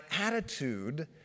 attitude